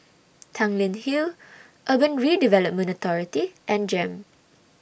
Tanglin Hill Urban Redevelopment Authority and Jem